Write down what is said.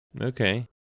Okay